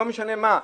לא משנה מה,